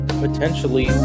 potentially